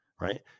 Right